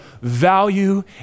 value